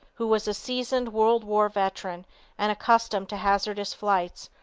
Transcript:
who was a seasoned world-war veteran and accustomed to hazardous flights,